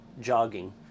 jogging